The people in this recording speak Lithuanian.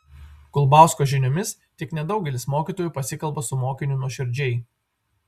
kulbausko žiniomis tik nedaugelis mokytojų pasikalba su mokiniu nuoširdžiai